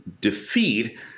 defeat